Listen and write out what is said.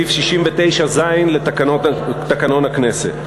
סעיף 69(ז) לתקנון הכנסת.